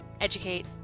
educate